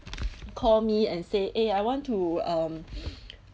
call me and say eh I want to um